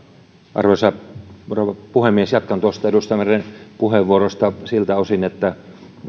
arvoisa rouva puhemies jatkan tuosta edustaja meren puheenvuorosta siltä osin että